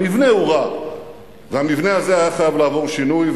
המבנה הוא רע והמבנה הזה היה חייב לעבור שינוי.